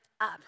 up